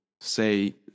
say